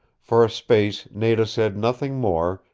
for a space nada said nothing more,